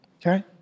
okay